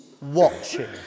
watching